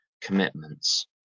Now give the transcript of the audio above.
commitments